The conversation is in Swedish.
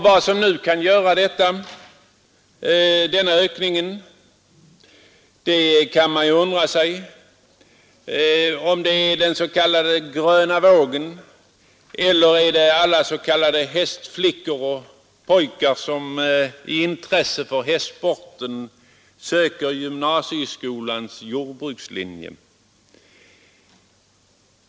Beror denna ökning på den s.k. gröna vågen eller är det alla s.k. hästflickor och pojkar, som av intresse för hästsporten söker till gymnasieskolans jordbrukslinje?